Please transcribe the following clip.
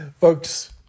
folks